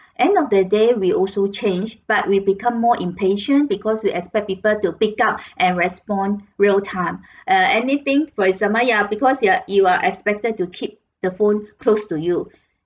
end of the day we also change but we've become more impatient because we expect people to pick up and respond real time uh anything for example ya because you are you are expected to keep the phone close to you